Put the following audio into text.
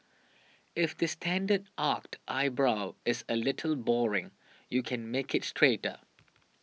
if the standard arched eyebrow is a little boring you can make it straighter